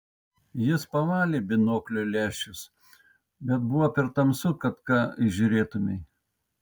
jis pavalė binoklio lęšius bet buvo per tamsu kad ką įžiūrėtumei